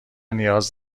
نیاز